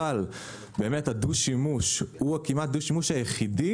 אבל הדו-שימוש הוא כמעט הדו-שימוש היחידי